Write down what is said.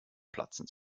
platzen